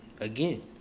Again